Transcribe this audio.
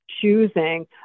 choosing